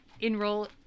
enroll